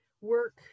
work